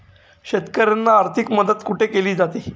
शेतकऱ्यांना आर्थिक मदत कुठे केली जाते?